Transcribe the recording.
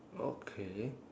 okay